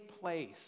place